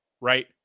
right